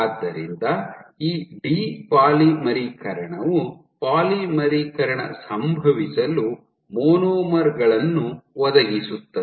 ಆದ್ದರಿಂದ ಈ ಡಿ ಪಾಲಿಮರೀಕರಣವು ಪಾಲಿಮರೀಕರಣ ಸಂಭವಿಸಲು ಮಾನೋಮರ್ ಗಳನ್ನು ಒದಗಿಸುತ್ತದೆ